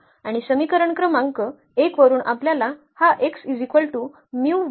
आणि समीकरण क्रमांक 1 वरून आपल्याला हा मिळेल